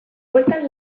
bueltan